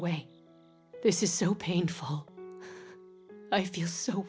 way this is so painful i feel so